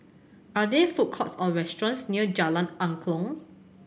are there food courts or restaurants near Jalan Angklong